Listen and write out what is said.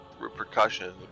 repercussions